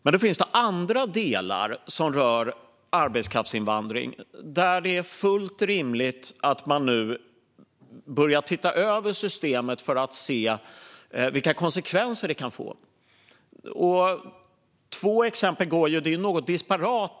Sedan finns det andra delar som rör arbetskraftsinvandring där det är fullt rimligt att nu börja titta över systemet för att se vilka konsekvenser det kan få. Det finns två exempel, men detta är väldigt disparat.